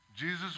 Jesus